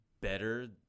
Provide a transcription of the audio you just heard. better